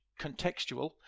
contextual